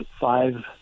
five